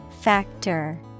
Factor